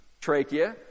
trachea